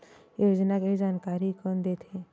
योजना के जानकारी कोन दे थे?